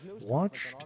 watched